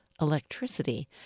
electricity